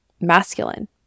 masculine